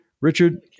Richard